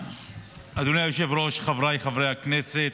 אדוני היושב-ראש, חבריי חברי הכנסת,